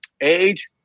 age